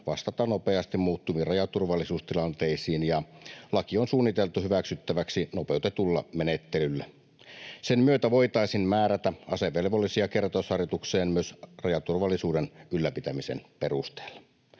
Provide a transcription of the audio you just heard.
vastata nopeasti muuttuviin rajaturvallisuustilanteisiin, ja laki on suunniteltu hyväksyttäväksi nopeutetulla menettelyllä. Sen myötä voitaisiin määrätä asevelvollisia kertausharjoitukseen myös rajaturvallisuuden ylläpitämisen perusteella.